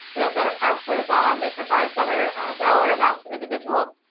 they have better counselors on. they provide better dollar amounts of individuals.